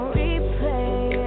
replay